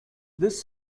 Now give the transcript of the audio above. this